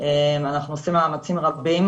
אנחנו עושים מאמצים רבים,